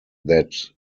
that